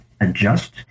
adjust